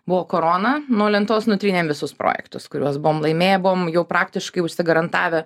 buvo korona nuo lentos nutrynėm visus projektus kuriuos buvom laimėję buvom jau praktiškai užsigarantavę